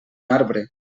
arbre